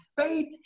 faith